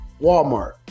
Walmart